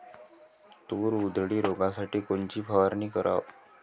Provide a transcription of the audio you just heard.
तूर उधळी रोखासाठी कोनची फवारनी कराव?